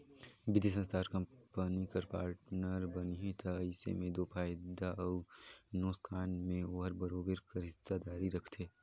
बित्तीय संस्था हर कंपनी कर पार्टनर बनही ता अइसे में दो फयदा अउ नोसकान में ओहर बरोबेर कर हिस्सादारी रखथे